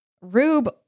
Rube